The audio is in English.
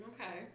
Okay